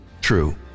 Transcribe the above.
true